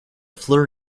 fleur